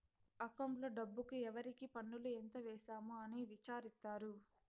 అకౌంట్లో డబ్బుకు ఎవరికి పన్నులు ఎంత వేసాము అని విచారిత్తారు